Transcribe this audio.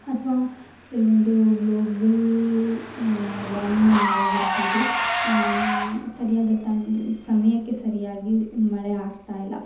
ಅತ್ವ ಕೆಲವೊಂದು global warming ಇಂದ ಆಗಿರ್ಬೋದು ಸರಿಯಾದ ಟೈಮ್ ಸಮಯಕ್ಕೆ ಸರಿಯಾಗಿ ಮಳೆ ಆಗ್ತಾಯಿಲ್ಲ